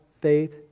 faith